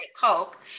Coke